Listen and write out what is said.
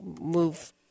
move